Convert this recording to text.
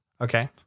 okay